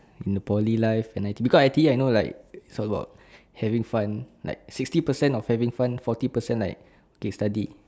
in the poly life and I_T_E because I_T_E I know like also got having fun like sixty percent of having fun forty percent like okay study